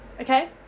okay